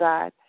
God